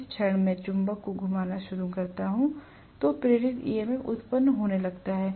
जिस क्षण मैं चुंबक को घुमाना शुरू करता हूं तो प्रेरित EMF प्राप्त होने लगता है